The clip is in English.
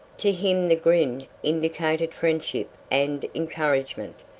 to him the grin indicated friendship and encouragement.